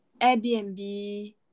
Airbnb